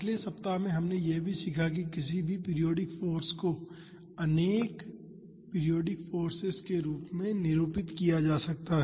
पिछले सप्ताह में हमने यह भी देखा कि किसी भी पीरियाडिक फाॅर्स को अनेक पीरियाडिक फोर्सेज के रूप में निरूपित किया जा सकता है